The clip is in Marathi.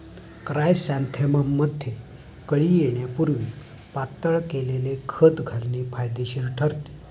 क्रायसॅन्थेमममध्ये कळी येण्यापूर्वी पातळ केलेले खत घालणे फायदेशीर ठरते